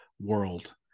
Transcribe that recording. world